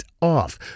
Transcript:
off